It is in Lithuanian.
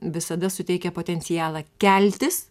visada suteikia potencialą keltis